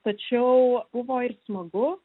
tačiau buvo ir smagu